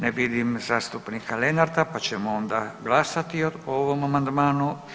Ne vidim zastupnika Lenarta, pa ćemo onda glasati o ovom amandmanu.